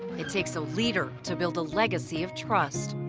it takes a leader to build a legacy of trust.